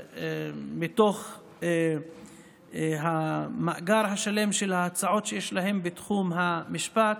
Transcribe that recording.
מתוך המאגר השלם של ההצעות שיש להם בתחום המשפט